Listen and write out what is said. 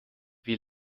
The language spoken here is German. wie